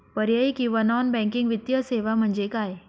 पर्यायी किंवा non banking वित्तीय सेवा म्हणजे काय?